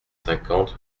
cinquante